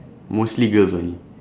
mostly girls only